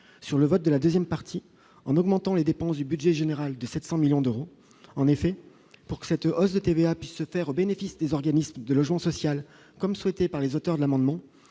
sur le vote de la seconde partie, en augmentant les dépenses du budget général de 700 millions d'euros. En effet, pour que cette hausse de TVA puisse se faire au bénéfice des organismes de logement social, comme le souhaitent les auteurs de cet amendement,